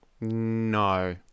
No